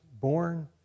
born